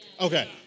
Okay